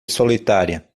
solitária